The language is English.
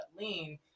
lean